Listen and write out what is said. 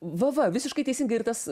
va va visiškai teisingai ir tas